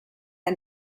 and